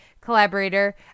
collaborator